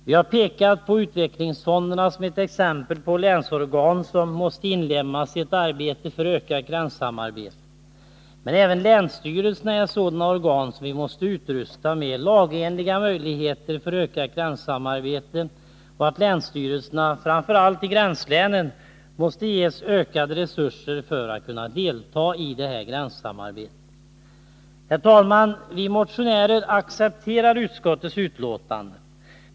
Vi har pekat på utvecklingsfonderna som ett exempel på länsorgan som måste inlemmas i ett arbete för ökat gränssamarbete. Men även länsstyrelserna är sådana organ som vi måste utrusta med lagenliga möjligheter för ett ökat gränssamarbete, och länsstyrelserna framför allt i gränslänen måste ges ökade resurser för att kunna delta i gränssamarbete. Herr talman! Vi motionärer accepterar utskottets betänkande.